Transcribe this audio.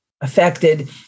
affected